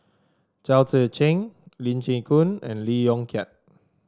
Chao Tzee Cheng Lee Chin Koon and Lee Yong Kiat